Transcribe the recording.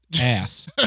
ass